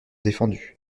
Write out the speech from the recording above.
défendus